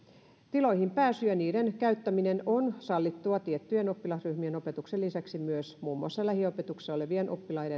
tiloihin pääsy ja niiden käyttäminen on sallittua tiettyjen oppilasryhmien opetuksen lisäksi myös muun muassa lähiopetuksessa olevien oppilaiden oppilashuoltoon